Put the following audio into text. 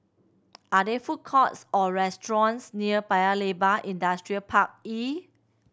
are there food courts or restaurants near Paya Ubi Industrial Park E